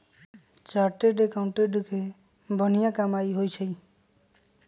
chartered accountant के बनिहा कमाई होई छई